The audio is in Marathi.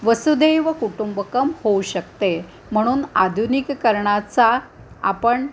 वसुधैव कुटुंबकम होऊ शकते म्हणून आधुनिकीकरणाचा आपण